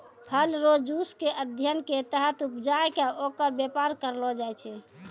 फल रो जुस के अध्ययन के तहत उपजाय कै ओकर वेपार करलो जाय छै